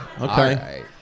Okay